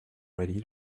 ready